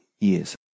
years